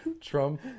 Trump